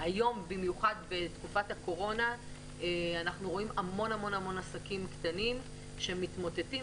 היום במיוחד בתקופת הקורונה אנחנו רואים המון עסקים קטנים שמתמוטטים.